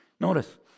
Notice